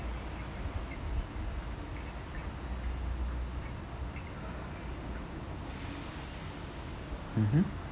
mmhmm